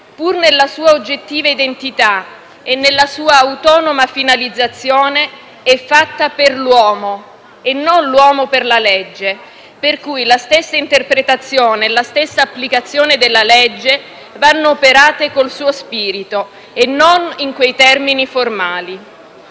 pur nella sua oggettiva identità e nella sua autonoma finalizzazione, è fatta per l'uomo e non l'uomo per la legge, per cui la stessa interpretazione e la stessa applicazione della legge vanno operate col suo spirito e non in quei termini formali».